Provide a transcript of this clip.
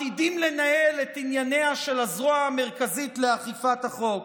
עתידים לנהל את ענייניה של הזרוע המרכזית לאכיפת החוק.